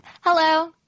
Hello